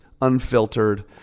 unfiltered